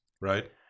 right